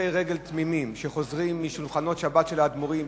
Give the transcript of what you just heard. הולכי רגל תמימים שחוזרים משולחנות שבת של האדמו"רים